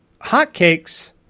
hotcakes